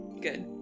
Good